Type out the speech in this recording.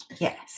yes